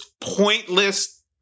pointless